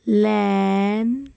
ਲੈਣ